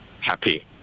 happy